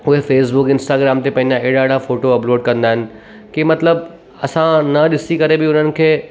कोई Facebook Instagram ते पंहिंजा हेॾा हेॾा फ़ोटू अपलोड कंदा आहिनि की मतिलबु असां न ॾिसी करे बि उन्हनि खे